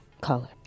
color